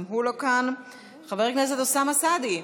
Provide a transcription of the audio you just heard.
גם הוא לא כאן, חבר הכנסת אוסאמה סעדי,